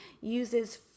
uses